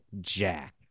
Jack